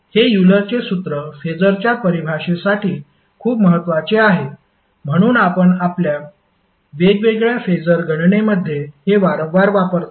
हे यूलरचे सूत्र फेसरच्या परिभाषेसाठी खूप महत्वाचे आहे म्हणून आपण आपल्या वेगवेगळ्या फेसर गणनेमध्ये हे वारंवार वापरतो